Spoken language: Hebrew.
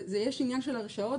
יש עניין של הרשאות,